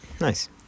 Nice